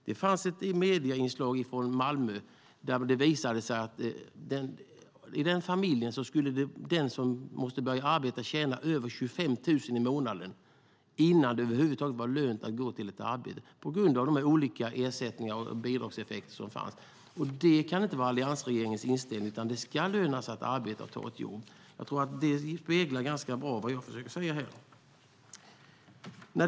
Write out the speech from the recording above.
Det finns ett medieinslag från Malmö där man visar en familj. I denna familj måste den som börjar arbeta tjäna över 25 000 kronor i månaden innan det över huvud taget är lönt att gå till ett arbete på grund av de olika ersättningar och bidragseffekter som finns. Det kan inte vara alliansregeringens inställning, utan det ska löna sig att arbeta och att ta ett jobb. Jag tror att detta speglar ganska bra vad jag försöker säga här.